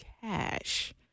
cash